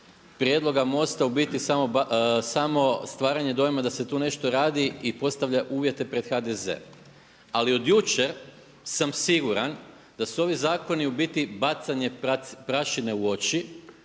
prijedloga MOST-a u biti samo stvaranje dojma da se tu nešto radi i postavlja uvjete pred HDZ. Ali od jučer sam siguran da su ovi zakoni u biti bacanje prašine u oči,